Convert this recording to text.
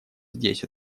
здесь